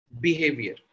behavior